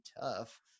tough